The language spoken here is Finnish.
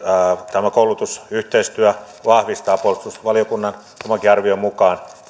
tämä koulutusyhteistyö vahvistaa puolustusvaliokunnan omankin arvion mukaan